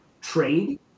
trade